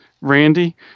Randy